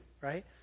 right